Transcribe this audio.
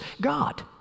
God